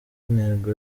intego